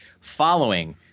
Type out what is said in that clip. following